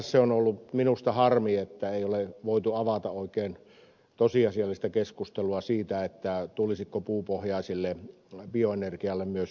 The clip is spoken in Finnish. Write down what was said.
sinänsä on ollut minusta harmi että ei ole voitu avata oikein tosiasiallista keskustelua siitä tulisiko luoda puupohjaiselle bioenergialle myös syöttötariffijärjestelmä